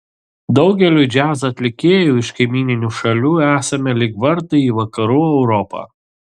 daugeliui džiazo atlikėjų iš kaimyninių šalių esame lyg vartai į vakarų europą